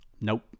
Nope